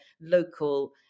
local